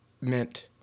meant